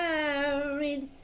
married